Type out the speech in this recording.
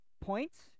points